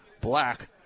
Black